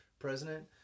president